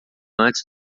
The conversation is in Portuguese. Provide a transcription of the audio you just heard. antes